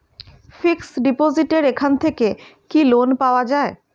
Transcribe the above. Fix ডিপোজিটের এখান থেকে কি লোন পাওয়া যায়?